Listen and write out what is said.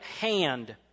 hand